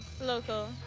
local